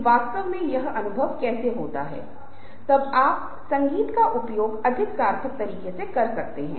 और यह इस संदर्भ में है कि यह संदर्भ बहुत ही परोक्षरूप से बहुत विनम्रता से प्रश्न करता है जो महत्वपूर्ण हो जाता है क्योंकि आप दूसरे व्यक्ति के बारे में जानते हैं